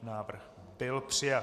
Návrh byl přijat.